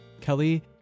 Kelly